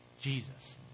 Jesus